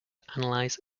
analyze